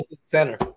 center